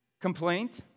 complaint